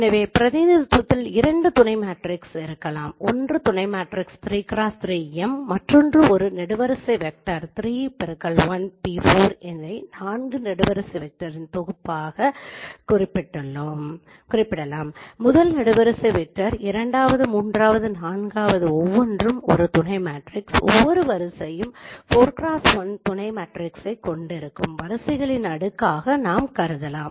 எனவே பிரதிநிதித்துவத்தில் இரண்டு துணை மேட்ரிக்ஸ் இருக்கலாம் ஒன்று துணை மேட்ரிக்ஸ் 3x 3 M மற்றொன்று ஒரு நெடுவரிசை வெக்டர் 3 பெருக்கல் 1 p4 அதை நான்கு நெடுவரிசை வெக்டரின் தொகுப்பாகக் குறிப்பிடலாம் முதல் நெடுவரிசை வெக்டர் இரண்டாவது மூன்றாவது நான்காவது ஒவ்வொன்றும் ஒரு துணை மேட்ரிக்ஸ் ஒவ்வொரு வரிசையும் 4 x1 துணை மேட்ரிக்ஸைக் கொண்டிருக்கும் வரிசைகளின் அடுக்காக நாம் கருதலாம்